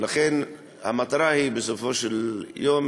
ולכן המטרה בסופו של יום,